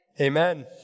Amen